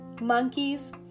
Monkeys